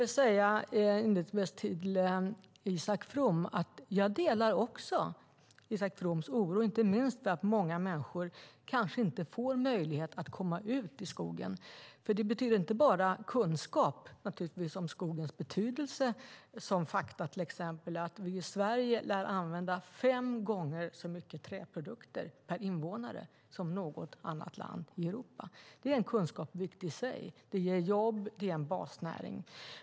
Inledningsvis vill jag säga till Isak From att jag delar hans oro, inte minst för att många människor kanske inte får möjlighet att komma ut i skogen. Det betyder inte bara kunskap om skogens betydelse, till exempel ett sådant faktum som att vi i Sverige lär använda fem gånger så mycket träprodukter per invånare som något annat land i Europa. Det är kunskap som är viktig i sig. Det ger jobb, och det är en basnäring.